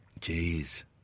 Jeez